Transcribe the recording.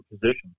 position